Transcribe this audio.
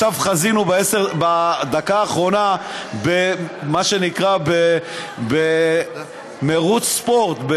חזינו בדקה האחרונה במה שנקרא מירוץ ספורט,